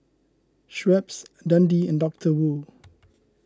Schweppes Dundee and Doctor Wu